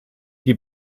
die